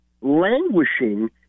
languishing